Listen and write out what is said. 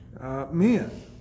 men